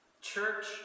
Church